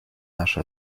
наши